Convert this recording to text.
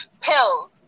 pills